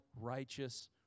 righteous